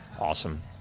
awesome